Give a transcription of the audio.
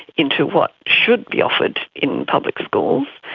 into what should be offered in public schools,